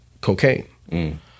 cocaine